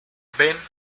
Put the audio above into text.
ben